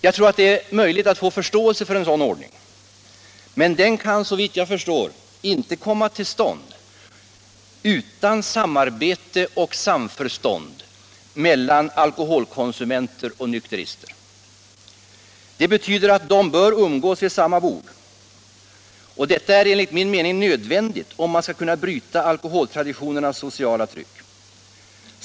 Jag tror det är möjligt att få förståelse för en sådan ordning. Men den kan såvitt jag förstår inte komma till stånd utan samarbete och samförstånd mellan alkoholkonsumenter och nykterister. Det betyder att de bör umgås vid samma bord. Det är enligt min mening nödvändigt, om vi skall kunna bryta alkoholtraditionernas sociala tryck.